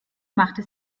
machte